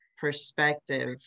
perspective